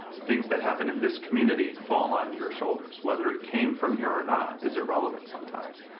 things that happen in this community fall on your shoulders. whether it came from here or not is irrelevant sometimes.